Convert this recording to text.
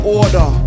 order